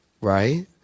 right